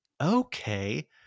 Okay